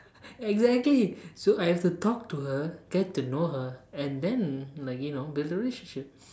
exactly so I have to talk to her get to know her and then like you know build the relationship